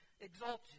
exalted